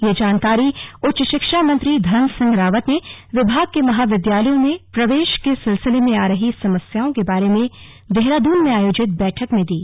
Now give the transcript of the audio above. यह जानकारी उच्च शिक्षा मंत्री धनसिंह रावत ने विभाग के महाविद्यालयों में प्रवेश के सिलसिले में आ रही समस्याओं के बारे में देहरादून में आयोजित बैठक में दी